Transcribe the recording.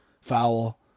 foul